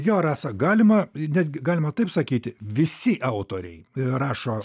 jo rasa galima netgi galima taip sakyti visi autoriai rašo